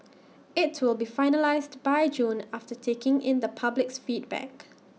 IT will be finalised by June after taking in the public's feedback